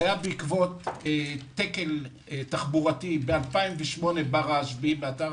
זה היה בעקבות תקל תחבורתי ב-2008 באתר